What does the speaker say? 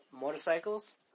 motorcycles